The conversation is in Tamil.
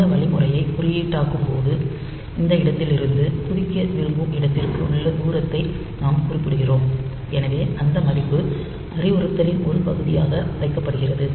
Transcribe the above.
இந்த வழிமுறையை குறியீடாக்கும்போது இந்த இடத்திலிருந்து குதிக்க விரும்பும் இடத்திற்கும் உள்ள தூரத்தை நாம் குறிப்பிடுகிறோம் எனவே அந்த மதிப்பு அறிவுறுத்தலின் ஒரு பகுதியாக வைக்கப்படுகிறது